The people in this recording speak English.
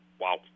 wow